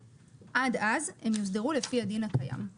ועד אז הם יוסדרו לפי הדין הקיים.